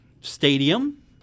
Stadium